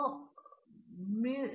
professor